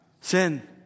Sin